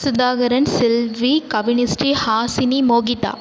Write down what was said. சுதாகரன் செல்வி கபினி்ஸ்ரீ ஹாசினி மோஹிதா